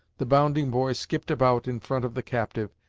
the bounding boy skipped about in front of the captive,